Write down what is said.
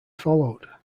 followed